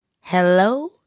hello